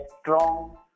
strong